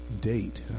Date